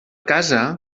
casa